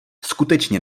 skutečně